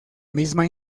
misma